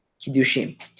kiddushim